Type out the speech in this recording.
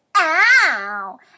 ow